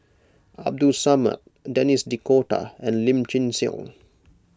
Abdul Samad Denis D'Cotta and Lim Chin Siong